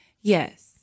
Yes